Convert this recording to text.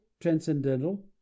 transcendental